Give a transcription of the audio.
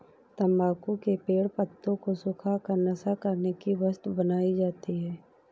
तम्बाकू के पेड़ पत्तों को सुखा कर नशा करने की वस्तु बनाई जाती है